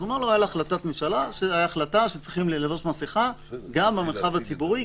אז הוא אומר לו: הייתה החלטת ממשלה שצריך לחבוש מסכה גם במרחב הציבורי,